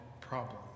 problem